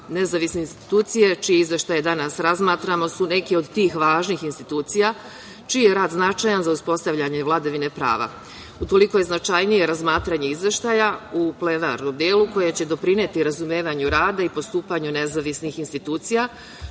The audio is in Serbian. Nezavisne institucije čije izveštaje danas razmatramo su neke od tih važnih institucija, čiji je rad značajan za uspostavljanje vladavine prava. Utoliko je značajnije razmatranje izveštaja u plenarnom delu, koje će doprineti razumevanju rada i postupanju nezavisnih institucija,